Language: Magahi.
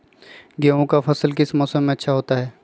गेंहू का फसल किस मौसम में अच्छा होता है?